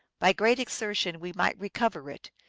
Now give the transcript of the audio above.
by great exertion we might recover it,